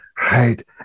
Right